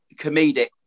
comedic